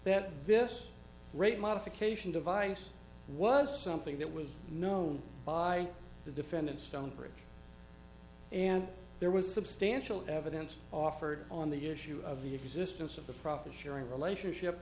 that this rate modification device was something that was known by the defendant stonebridge and there was substantial evidence offered on the issue of the existence of the profit sharing relationship